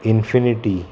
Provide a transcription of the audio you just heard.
infinity